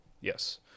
Yes